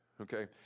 okay